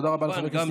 וגם